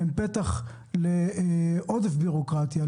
הן פתח לעודף בירוקרטיה,